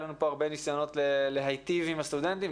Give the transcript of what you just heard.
לנו הרבה ניסיונות להיטיב עם הסטודנטים,